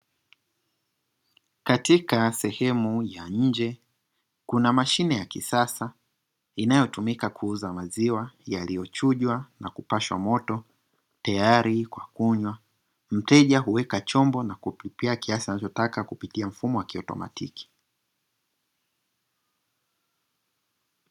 Katika sehemu ya nje, kuna mashine ya kisasa inayotumika kuuza maziwa yaliyochunjwa na kupashwa moto tayari kwa kunywa. Mteja anaweka chombo na kulipia kiasi anachotaka kwa kupitia mfumo wa kiautomatiki.